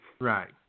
Right